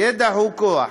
ידע הוא כוח.